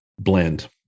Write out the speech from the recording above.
blend